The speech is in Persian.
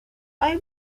آیا